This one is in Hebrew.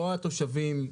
לא התושבים.